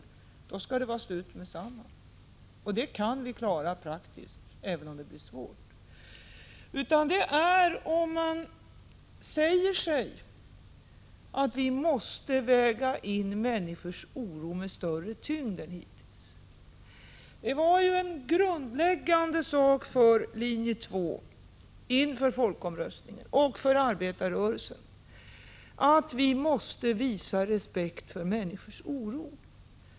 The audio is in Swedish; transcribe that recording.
I så fall skall det vara slut med detsamma. Det kan vi klara praktiskt, även om det blir svårt. Utgångspunkten för oss är att vi måste väga in människors oro med större tyngd än hittills. Detta var grundläggande för linje 2 och för arbetarrörelsen inför folkomröstningen, att man måste visa respekt för människors oro.